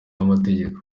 y’amategeko